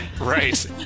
Right